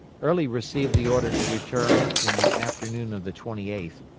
early received the order to return in the afternoon of the twenty eighth,